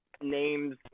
names